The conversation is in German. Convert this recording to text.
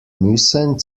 müssen